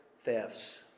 thefts